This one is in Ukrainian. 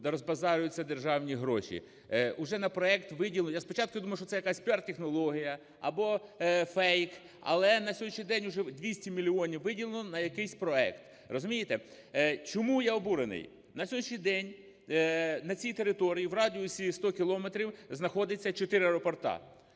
розбазарюються державні гроші. Уже на проект виділено… Спочатку я думав, що це якась піар-технологія або фейк, але на сьогоднішній день уже 200 мільйонів виділено на якийсь проект. Розумієте? Чому я обурений? На сьогоднішній день на цій території в радіусі 100 кілометрів знаходиться чотири аеропорти.